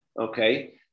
Okay